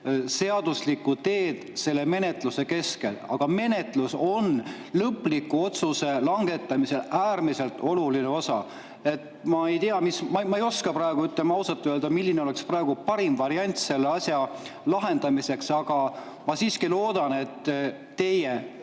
seaduslikku [menetlus]teed selle menetluse kestel, aga menetlus on lõpliku otsuse langetamise äärmiselt oluline osa. Ma ei oska praegu öelda, ütlen ausalt, milline oleks parim variant selle asja lahendamiseks. Aga ma siiski loodan, et teie,